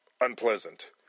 unpleasant